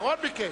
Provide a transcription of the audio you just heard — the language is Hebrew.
בר-און ביקש.